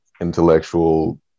intellectual